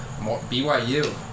BYU